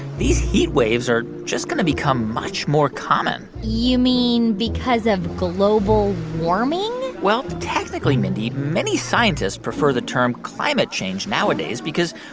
these heat waves are just going to become much more common you mean because of global warming? well, technically, mindy, many scientists prefer the term climate change nowadays because,